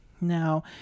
now